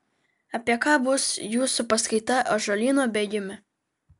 apie ką bus jūsų paskaita ąžuolyno bėgime